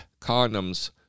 condoms